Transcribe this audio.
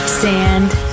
Sand